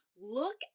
Look